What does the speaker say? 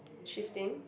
shifting